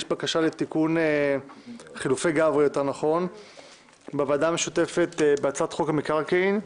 יש בקשה לחילופי גברי בוועדה המשותפת לדיון בהצעת חוק המקרקעין.